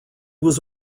was